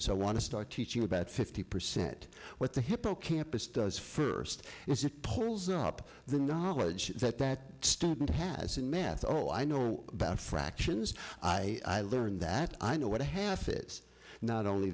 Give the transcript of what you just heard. i want to start teaching about fifty percent what the hippocampus does first as it pulls up the knowledge that that student has in math all i know about fractions i learned that i know what a half is not only